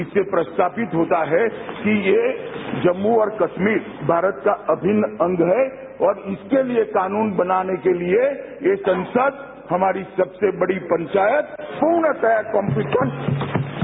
इससे प्रस्तावित होता है कि यह जम्मू और कश्मीर भारत का अभिन्न अंग है और इसके लिए कानून बनाने के लिए यह संसद हमारी सबसे बड़ी पंचायत पूर्णतरू कॉम्पिटेंट है